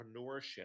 entrepreneurship